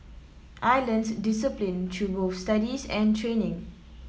I learnt discipline through both studies and training